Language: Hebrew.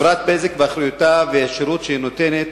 חברת "בזק" ואחריותה והשירות שהיא נותנת